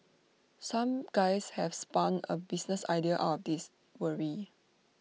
some guys have spun A business idea out of this worry